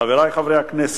חברי חברי הכנסת,